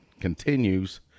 continues